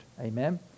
Amen